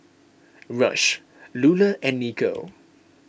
Rush Lulah and Nico